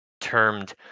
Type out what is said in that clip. termed